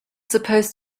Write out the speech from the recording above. supposed